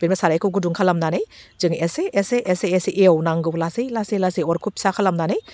बेबो साराइखौ गुदुं खालामनानै जोङो एसे एसे एसे एसे एवनांगौ लासै लासै लासै अरखौ फिसा खालामनानै